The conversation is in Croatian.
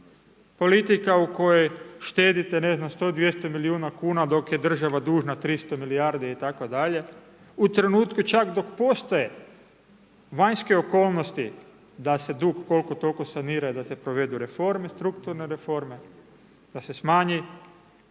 politika u kojoj štedite ne znam, 100, 200 milijuna kuna dok je država dužna milijardi itd., u trenutku čak dok postoje vanjske okolnosti da se dug koliko toliko sanira, da se provedu reforme strukturne, da se smanji